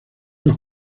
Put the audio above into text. los